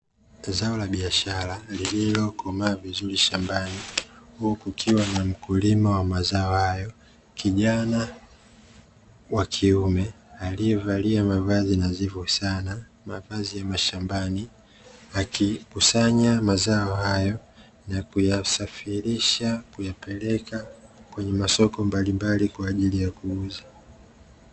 Zao la biashara lililokomaa vizuri shambani huku kukiwa na mkulima wa mazao hayo, kijana wa kiume aliyovalia mavazi nadhifu sana mavazi ya mashambani akikusanya mazao hayo na kuyasafirisha kuyapeleka kwenye masoko mbalimbali kwajili ya kuuzwa.